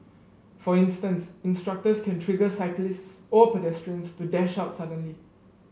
for instance instructors can trigger cyclists or pedestrians to dash out suddenly